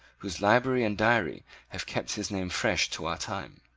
whose library and diary have kept his name fresh to our time.